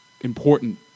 important